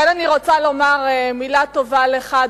כאן אני רוצה לומר מלה טובה לך,